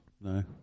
No